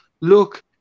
Look